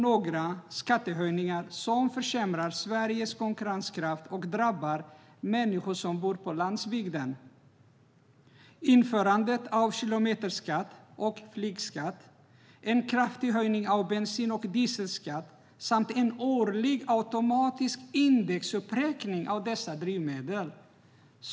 Några skattehöjningar som försämrar Sveriges konkurrenskraft och drabbar människor som bor på landsbygden är införandet av kilometerskatt och flygskatt, en kraftig höjning av bensin och dieselskatt samt en årlig automatisk indexuppräkning av dessa drivmedel.